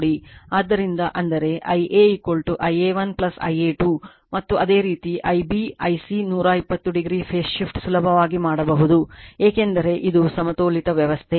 ಆದ್ದರಿಂದ ಅಂದರೆ Ia Ia 1 Ia 2 ಮತ್ತು ಅದೇ ರೀತಿ Ib Ic 120 o phase shift ಸುಲಭವಾಗಿ ಮಾಡಬಹುದು ಏಕೆಂದರೆ ಇದು ಸಮತೋಲಿತ ವ್ಯವಸ್ಥೆ